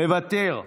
מוותר.